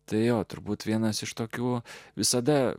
tai turbūt vienas iš tokių visada